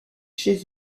chez